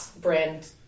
brand